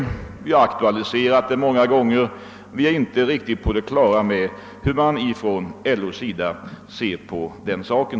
Vi har många gånger aktualiserat den saken, men vi är inte riktigt på det klara med hur man ser på den frågan på LO sidan.